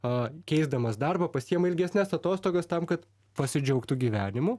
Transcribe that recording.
keisdamas darbą pasiima ilgesnes atostogas tam kad pasidžiaugtų gyvenimu